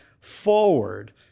forward